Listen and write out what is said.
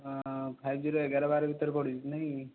five G ଏଗାର ବାର ଭିତରେ ପଡ଼ୁଛି ନାହିଁ